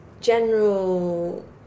general